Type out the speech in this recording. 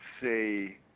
say